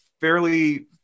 fairly